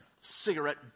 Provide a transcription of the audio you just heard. cigarette